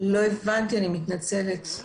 לא הבנתי, אני מצטערת.